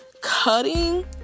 cutting